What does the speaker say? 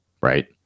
right